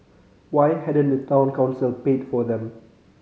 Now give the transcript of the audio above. why hadn't the Town Council paid for them